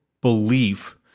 belief